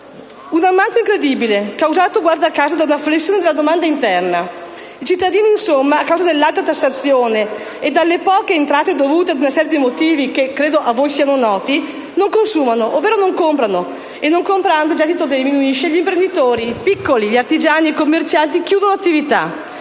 Un ammanco incredibile causato - guarda caso - da una flessione della domanda interna. I cittadini, insomma, a causa dell'alta tassazione e alle poche entrate dovute ad una serie di motivi che credo siano a voi noti, non consumano, ovvero non comprano, e non comprando il gettito dell'imposta diminuisce e gli imprenditori, i piccoli artigiani, i commercianti, chiudono l'attività.